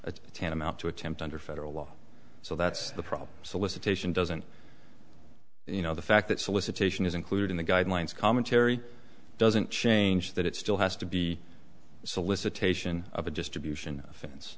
not tantamount to attempt under federal law so that's the problem solicitation doesn't you know the fact that solicitation is included in the guidelines commentary doesn't change that it still has to be solicitation of a distribution